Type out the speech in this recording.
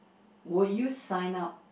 would you sign up